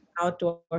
outdoor